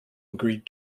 agreed